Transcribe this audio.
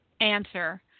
answer